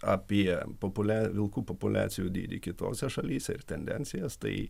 apie populia vilkų populiacijų dydį kitose šalyse ir tendencijas tai